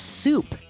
soup